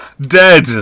Dead